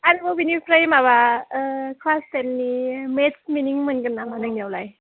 आरोबाव बेनिफ्राय माबा क्लास टेननि मेथस मिनिं मोनगोन नामा नोंनियावलाय